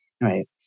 right